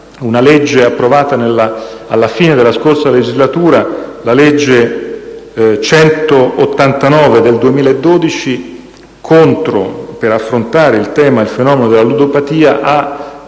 una legge approvata alla fine della scorsa legislatura, la legge n. 189 del 2012 per affrontare il fenomeno della ludopatia, ha